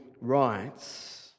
rights